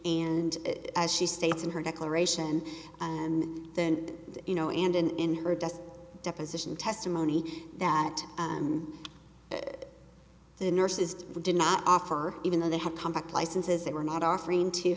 and as she states in her declaration and then you know and in her desk deposition testimony that the nurses did not offer even though they had come back licenses they were not offering to